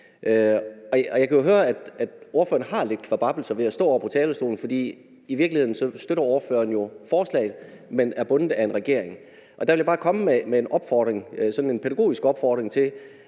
Jeg kan høre, at ordføreren har nogle kvababbelser ved at stå oppe på talerstolen, for i virkeligheden støtter ordføreren jo forslaget, men er bundet af en regering. Der vil jeg bare komme med sådan en pædagogisk opfordring,